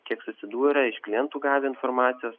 kiek susidūrę iš klientų gavę informacijos